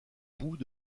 bout